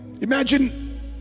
imagine